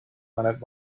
planet